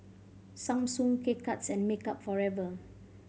Samsung K Cuts and Makeup Forever